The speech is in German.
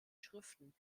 schriften